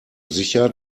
sicher